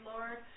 Lord